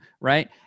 right